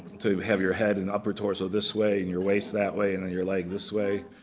to have your head and upper torso this way, and your waist that way, and then your leg this way.